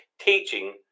teaching